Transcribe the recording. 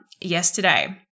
yesterday